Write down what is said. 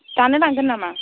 दानो लांगोन नामा